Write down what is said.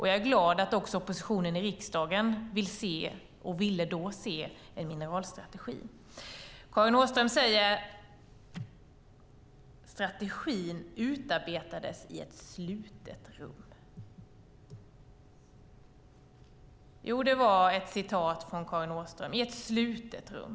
Jag är glad att också oppositionen vill se, och ville se då, en mineralstrategi. Karin Åström säger att strategin utarbetades i ett slutet rum. Det var ett citat från Karin Åström - i ett slutet rum.